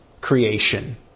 creation